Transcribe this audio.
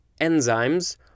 enzymes